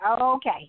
Okay